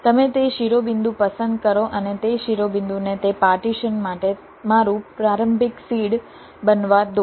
તમે તે શિરોબિંદુ પસંદ કરો અને તે શિરોબિંદુને તે પાર્ટીશન માટે મારું પ્રારંભિક સીડ બનવા દો